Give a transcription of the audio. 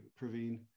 Praveen